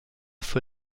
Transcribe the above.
für